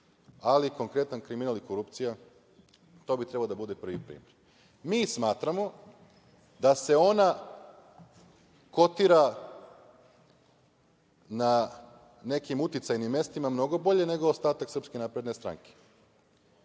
ali konkretan kriminal i korupcija, to bi trebalo da bude prvi primer. Mi smatramo da se ona kotira na nekim uticajnim mestima mnogo bolje nego ostatak SNS i pokazuje vam